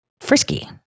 frisky